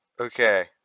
Okay